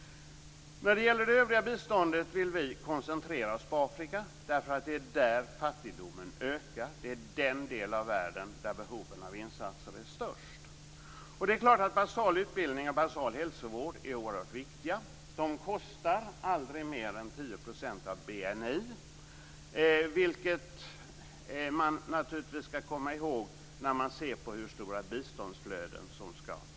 När det gäller det övriga biståndet vill vi koncentrera oss på Afrika, därför att det är där fattigdomen ökar, och det är den del av världen där behoven av insatser är störst. Det är klart att basal utbildning och basal hälsovård är oerhört viktiga. De kostar aldrig mer än 10 % av BNI, vilket man naturligtvis skall komma ihåg när man ser på hur stora biståndsflöden som skall föras dit.